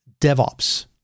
DevOps